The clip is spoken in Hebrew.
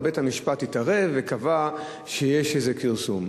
ובית-המשפט התערב וקבע שיש איזה כרסום.